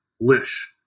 Lish